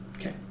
Okay